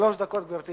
שלוש דקות, גברתי.